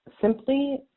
simply